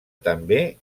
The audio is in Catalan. també